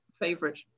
favorite